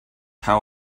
how